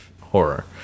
horror